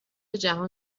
جهان